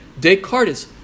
Descartes